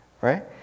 right